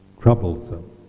troublesome